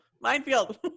minefield